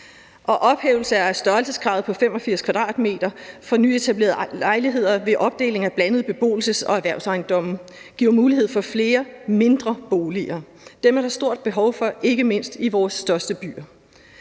Ophævelse af størrelseskravet på 85 m² for nyetablerede lejligheder ved opdeling af blandede beboelses- og erhvervsejendomme giver mulighed for flere mindre boliger. Dem er der stort behov for, ikke mindst i vores største byer.